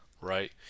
right